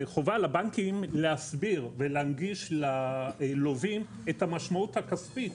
חובה על הבנקים להסביר ולהנגיש ללווים את המשמעות הכספית